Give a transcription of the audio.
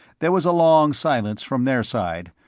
there was a long silence from their side,